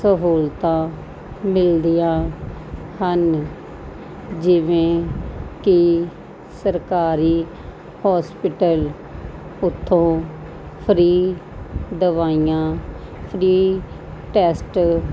ਸਹੂਲਤਾਂ ਮਿਲਦੀਆਂ ਹਨ ਜਿਵੇਂ ਕਿ ਸਰਕਾਰੀ ਹੋਸਪੀਟਲ ਉਥੋਂ ਫਰੀ ਦਵਾਈਆਂ ਫਰੀ ਟੈਸਟ